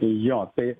jo tai